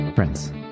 Friends